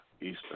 Eastern